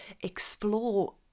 explore